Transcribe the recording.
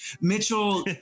Mitchell